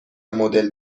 مدل